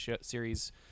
series